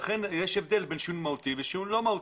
לכן יש הבדל בין שינוי מהותי ושינוי לא מהותי.